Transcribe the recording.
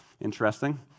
Interesting